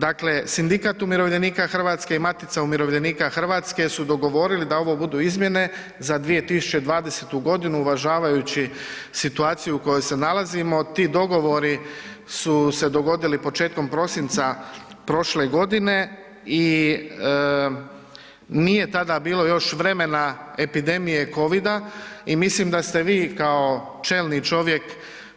Dakle, Sindikat umirovljenika Hrvatske i Matica umirovljenika Hrvatske su dogovorili da ovo budu izmjene za 2020. g. uvažavajući situaciju u kojoj se nalazimo, ti dogovori su se dogodili početkom prosinca prošle godine i nije tada bilo još vremena epidemije COVID-a i mislim da ste vi kao čelni čovjek